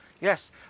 Yes